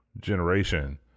generation